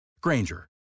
Granger